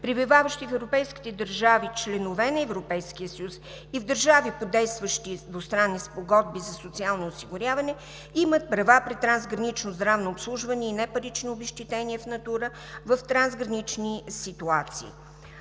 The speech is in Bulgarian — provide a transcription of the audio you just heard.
пребиваващи в европейските държави членове на Европейския съюз и в държави по действащи двустранни спогодби за социално осигуряване, имат права при трансгранично здравно обслужване и непарично обезщетение в натура в трансгранични ситуации.